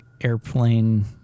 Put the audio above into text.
airplane